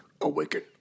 Awaken